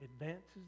advances